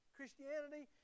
Christianity